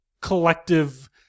collective